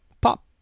pop